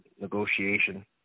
negotiation